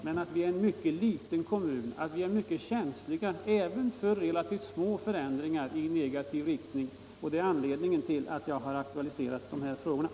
Men vi är en mycket liten kommun och är mycket känsliga även för relativt små förändringar i negativ riktning. Det är anledningen till att jag har aktualiserat de här frågorna.